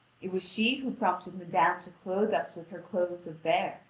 it was she who prompted madame to clothe us with her clothes of vair.